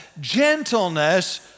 gentleness